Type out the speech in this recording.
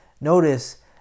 Notice